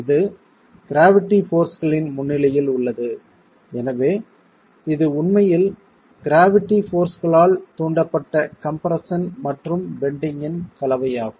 இது க்ராவிட்டி போர்ஸ்களின் முன்னிலையில் உள்ளது எனவே இது உண்மையில் க்ராவிட்டி போர்ஸ்களால் தூண்டப்பட்ட கம்ப்ரெஸ்ஸன் மற்றும் பெண்டிங்கின் கலவையாகும்